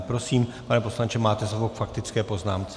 Prosím, pane poslanče, máte slovo k faktické poznámce.